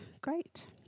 Great